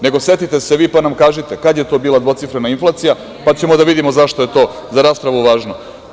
Nego, setite se vi pa nam kažite kada je to bilo dvocifrena inflacija, pa ćemo da vidimo zašto je to za raspravu važno.